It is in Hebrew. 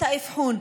את האבחון,